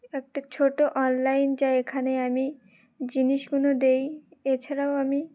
একটা ছোট অনলাইন যা এখানে আমি জিনিসগুলো দিই এছাড়াও আমি